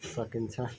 सकिन्छ